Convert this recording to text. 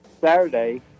Saturday